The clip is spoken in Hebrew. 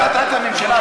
החלטת הממשלה,